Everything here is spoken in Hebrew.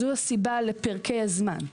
זו הסיבה לפרקי הזמן.